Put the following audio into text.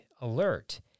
alert